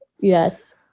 Yes